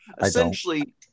Essentially